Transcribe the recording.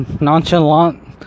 nonchalant